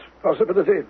Possibility